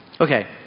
Okay